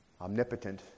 omnipotent